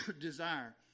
desire